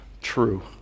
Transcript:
true